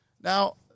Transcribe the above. Now